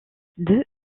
deux